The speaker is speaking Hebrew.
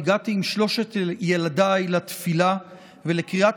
הגעתי עם שלושת ילדיי לתפילה ולקריאת